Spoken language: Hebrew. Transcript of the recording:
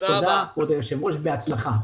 תודה ובהצלחה.